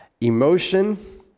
emotion